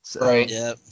right